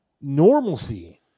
normalcy